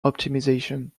optimization